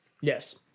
Yes